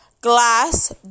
glass